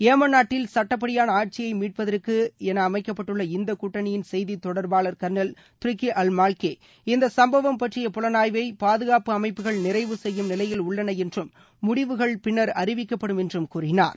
Yemen நாட்டில் சட்டப்படியான ஆட்சியை மீட்பதற்கு என அமைக்கப்பட்டுள்ள இந்த கூட்டணியின் செய்தி தொடர்பாளர் கர்னல் டர்க்கி அல் மால்கி இந்த சம்பவம் பற்றிய புலனாய்வை பாதுகாப்பு அமைப்புகள் நிறைவு செய்யும் நிலையில் உள்ளன என்றும் முடிவுகள் பின்னர் அறிவிக்கப்படும் என்று கூறினார்